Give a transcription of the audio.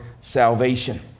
salvation